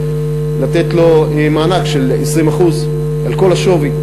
לתת לו מענק של 20% על כל השווי,